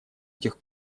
этих